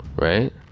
Right